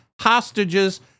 hostages